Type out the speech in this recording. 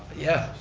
yeah,